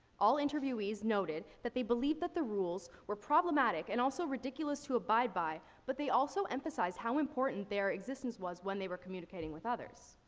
all interviewees noted that they believe that the rules were problematic and also ridiculous to abide by, but they also emphasize how important their existence was when they were communicating with others.